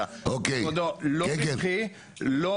כבודו, לא